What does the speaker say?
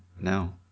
No